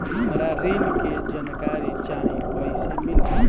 हमरा ऋण के जानकारी चाही कइसे मिली?